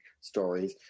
stories